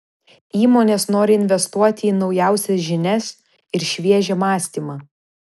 įmonės nori investuoti į naujausias žinias ir šviežią mąstymą